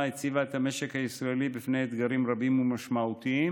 הציבה את המשק הישראלי בפני אתגרים רבים ומשמעותיים,